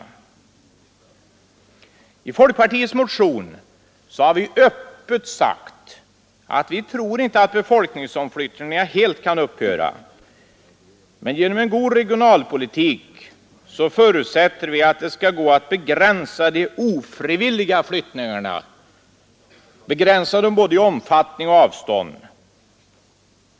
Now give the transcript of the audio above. I folkpartiets motion har vi öppet sagt att vi inte tror att befolkningsomflyttningarna helt kan upphöra, men genom en god regionalpolitik förutsätter vi att det skall gå att begränsa de ofrivilliga flyttningarna, både i omfattning och avstånd.